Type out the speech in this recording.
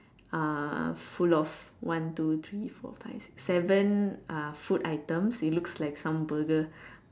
uh full of one two three four five six seven uh food items it looks like some burger